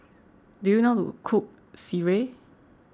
do you know how to cook Sireh